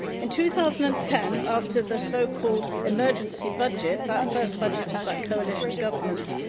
in two thousand and ten, after the so-called emergency budget that first budget of that coalition government,